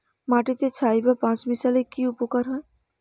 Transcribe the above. মাটিতে ছাই বা পাঁশ মিশালে কি উপকার হয়?